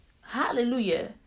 Hallelujah